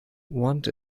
want